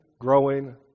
growing